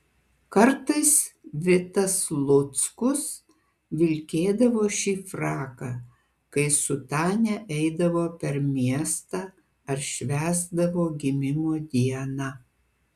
kartais vitas luckus vilkėdavo šį fraką kai su tania eidavo per miestą ar švęsdavo gimimo dieną